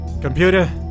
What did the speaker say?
Computer